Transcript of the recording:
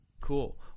Cool